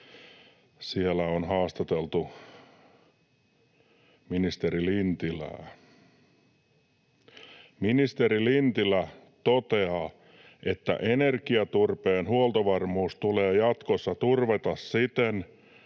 siellä on haastateltu ministeri Lintilää: ”Ministeri Lintilä toteaa, että energiaturpeen huoltovarmuus tulee jatkossa turvata siten,